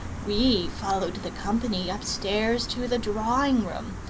we followed the company upstairs to the drawing-room,